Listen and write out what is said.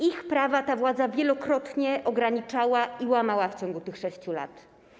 Ich prawa ta władza wielokrotnie ograniczała i łamała w ciągu tych 6 lat.